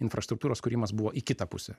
infrastruktūros kūrimas buvo į kitą pusę